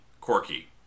corky